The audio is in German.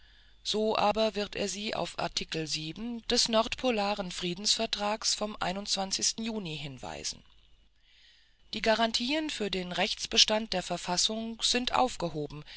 so aber wird er sie auf artikel des nordpolaren friedensvertrages vom st juni verweisen die garantien für den rechtsbestand der verfassung sind aufgehoben